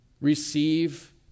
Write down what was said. receive